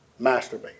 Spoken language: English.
masturbate